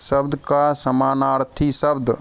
शब्द का समानार्थी शब्द